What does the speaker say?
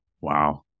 Wow